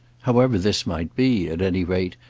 however this might be, at any rate,